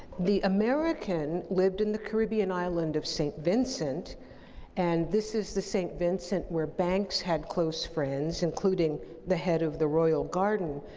the american lived in the caribbean island of saint vincent and this is the saint vincent where banks had close friends, including the head of the royal garden,